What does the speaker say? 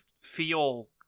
feel